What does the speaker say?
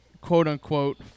quote-unquote